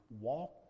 walk